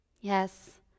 Yes